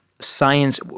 Science